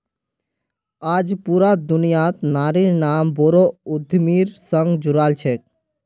आज पूरा दुनियात नारिर नाम बोरो उद्यमिर संग जुराल छेक